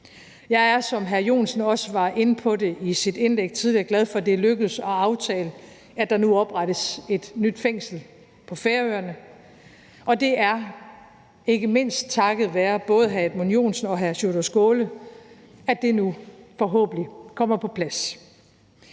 Jeg er, som hr. Edmund Joensen også var inde på i sit indlæg tidligere, glad for, at det er lykkedes at aftale, at der nu oprettes et nyt fængsel på Færøerne, og det er ikke mindst takket være både hr. Edmund Joensen og hr. Sjúrður Skaale, at det nu forhåbentlig kommer på plads.